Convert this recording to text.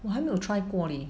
我还没有 try 过 leh